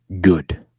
good